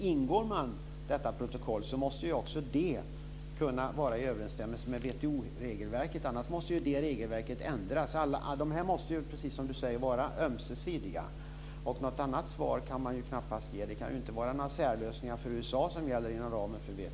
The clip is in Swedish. Ingår man detta protokoll måste ju också det kunna vara i överensstämmelse med WTO-regelverket. Annars måste ju det regelverket ändras. De här sakerna måste ju, som Jonas Ringqvist säger, vara ömsesidiga. Något annat svar kan man knappast ge. Det kan ju inte vara några särlösningar för USA som gäller inom ramen för WTO.